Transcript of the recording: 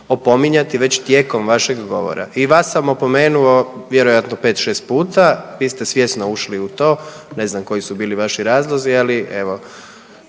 opominjati već tijekom vašeg govora i vas sam opomenuo vjerojatno 5-6 puta, vi ste svjesno ušli u to, ne znam koji su bili vaši razlozi, ali evo